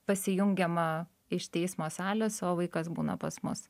pasijungiama iš teismo salės o vaikas būna pas mus